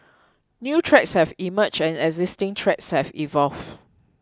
new threats have emerged and existing threats have evolved